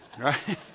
Right